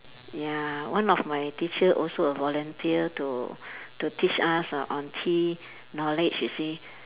ya one of my teacher also a volunteer to to teach us on on tea knowledge you see